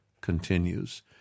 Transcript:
continues